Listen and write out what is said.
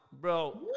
bro